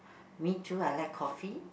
me too I like coffee